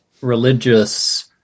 religious